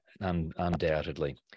undoubtedly